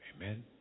Amen